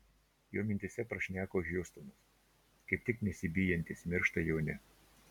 jo mintyse prašneko hiustonas kaip tik nesibijantys miršta jauni